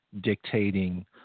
dictating